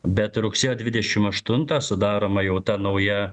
bet rugsėjo dvidešimt aštuntą sudaroma jau ta nauja